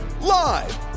Live